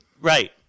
Right